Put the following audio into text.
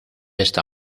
esta